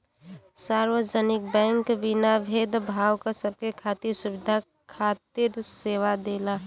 सार्वजनिक बैंक बिना भेद भाव क सबके खातिर सुविधा खातिर सेवा देला